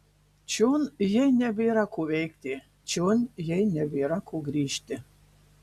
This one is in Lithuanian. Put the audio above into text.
čion jai nebėra ko veikti čion jai nebėra ko grįžti